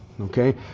Okay